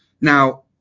now